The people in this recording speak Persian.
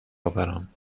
آورم